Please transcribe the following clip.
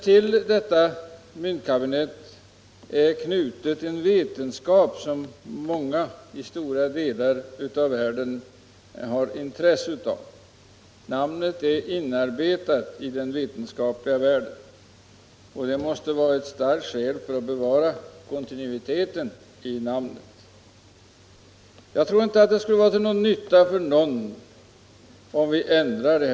Till detta myntkabinett är knuten en vetenskap som många i stora delar av världen har intresse av. Namnet är därför inarbetat i den vetenskapliga världen, och det måste vara ett starkt skäl för att bevara namnet. Jag tror inte att det skulle vara till nytta för någon om vi ändrade det.